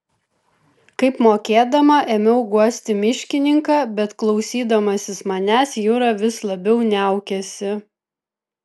kaip mokėdama ėmiau guosti miškininką bet klausydamasis manęs jura vis labiau niaukėsi